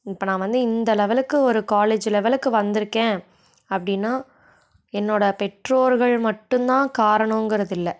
இப்போ நான் வந்து இந்த லெவலுக்கு ஒரு காலேஜு லெவலுக்கு வந்திருக்கேன் அப்படின்னா என்னோடய பெற்றோர்கள் மட்டுந்தான் காரணங்கறதில்ல